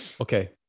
Okay